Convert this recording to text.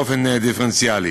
באופן דיפרנציאלי,